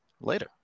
later